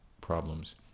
problems